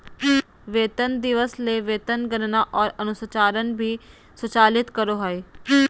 वेतन दिवस ले वेतन गणना आर अनुस्मारक भी स्वचालित करो हइ